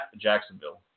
Jacksonville